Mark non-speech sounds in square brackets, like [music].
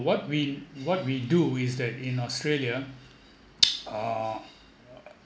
what we what we do is that in australia [noise] uh